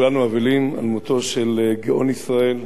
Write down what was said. כולנו אבלים על מותו של גאון ישראל,